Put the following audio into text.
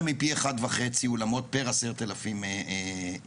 מפי אחד וחצי אולמות פר עשרת אלפים איש.